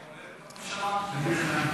קודם כול,